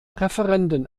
referenden